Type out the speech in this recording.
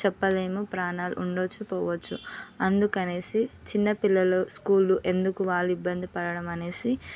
చెప్పలేము ప్రాణాలు ఉండొచ్చు పోవచ్చు అందుకనే చిన్న పిల్లలు స్కూల్లు ఎందుకు వాళ్ళు ఇబ్బంది పడడం అని